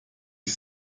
ich